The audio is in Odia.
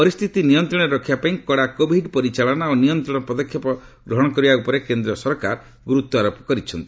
ପରିସ୍ଥିତି ନିୟନ୍ତ୍ରଣରେ ରଖିବାପାଇଁ କଡ଼ା କୋଭିଡ୍ ପରିଚାଳନା ଓ ନିୟନ୍ତ୍ରଣ ପଦକ୍ଷେପ ଗ୍ରହଣ କରିବା ଉପରେ କେନ୍ଦ୍ର ସରକାର ଗୁରୁତ୍ୱାରୋପ କରିଛନ୍ତି